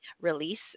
release